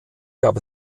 gab